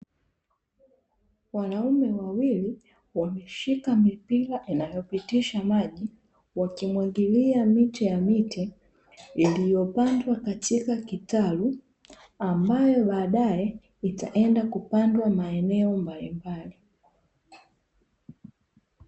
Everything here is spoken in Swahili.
Wanaume wawili wameshika mipira inayopitisha maji wakimwagilia miche ya miti iliyopandwa katika kitalu ambayo baadaye itaenda kupandwa maeneo mbalimbali.